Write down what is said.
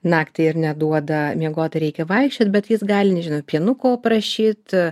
naktį ir neduoda miegot reikia vaikščiot bet jis gali nežinau pienuko prašyt